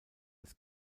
des